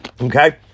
Okay